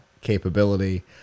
capability